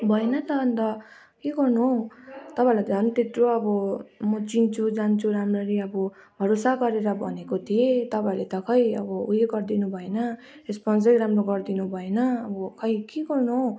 भएन त अन्त के गर्नु हौ तपाईँहरूलाई त झन् त्यत्रो अब म चिन्छु जान्दछु राम्ररी अब भरोसा गरेर भनेको मैले तपाईँहरूले त खै अब उयो गरिदिनु भएन रेसपन्सै राम्रो गरिदिनु भएन अब खै के गर्नु हौ